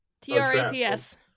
T-R-A-P-S